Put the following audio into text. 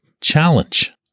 challenge